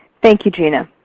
thank you, gina.